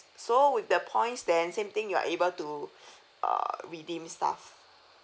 so with the points then same thing you're able to err redeem stuff